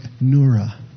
Nura